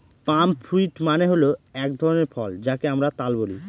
পাম fruit মানে হল এক ধরনের ফল যাকে আমরা তাল বলি